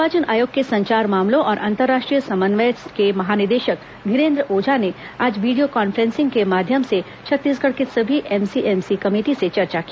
निर्वाचन आयोग के संचार मामलों और अंतरराष्ट्रीय समन्वय के महानिदेशक धीरेन्द्र ओझा ने आज वीडियो काँफ्रेंसिंग के माध्यम से छत्तीसगढ़ के सभी एमसीएमसी कमेटी से चर्चा की